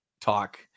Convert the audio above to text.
talk